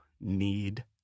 need